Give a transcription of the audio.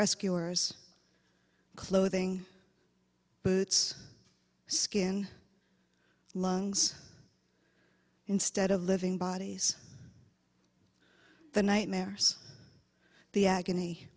rescuers clothing boots skin lungs instead of living bodies the nightmares the agony